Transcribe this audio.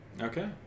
Okay